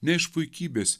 ne iš puikybės